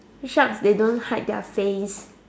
sharks they don't hide their face